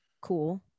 cool